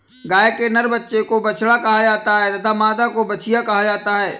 गाय के नर बच्चे को बछड़ा कहा जाता है तथा मादा को बछिया कहा जाता है